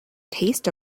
taste